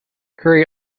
curry